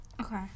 Okay